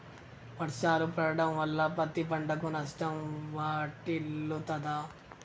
వర్షాలు పడటం వల్ల పత్తి పంటకు నష్టం వాటిల్లుతదా?